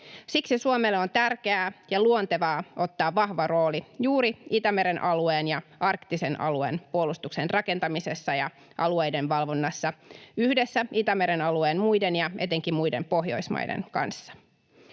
Siksi Suomelle on tärkeää ja luontevaa ottaa vahva rooli juuri Itämeren alueen ja arktisen alueen puolustuksen rakentamisessa ja alueiden valvonnassa yhdessä Itämeren alueen muiden maiden ja etenkin muiden Pohjoismaiden kanssa.